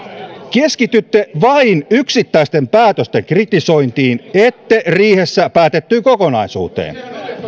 keskitytte vain yksittäisten päätösten kritisointiin ette riihessä päätettyyn kokonaisuuteen